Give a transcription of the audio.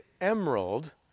emerald